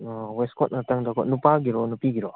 ꯑꯣ ꯋꯦꯁꯀꯣꯠ ꯉꯥꯛꯇꯪꯗꯀꯣ ꯅꯨꯄꯥꯒꯤꯔꯣ ꯅꯨꯄꯤꯒꯤꯔꯣ